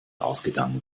ausgegangen